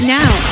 now